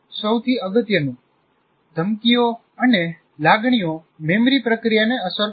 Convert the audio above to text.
સૌથી અગત્યનું ધમકીઓ અને લાગણીઓ સ્મૃતિ પ્રક્રિયાને અસર કરે છે